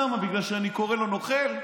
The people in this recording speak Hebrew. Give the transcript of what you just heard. למה, בגלל שאני קורא לו נוכל?